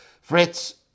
Fritz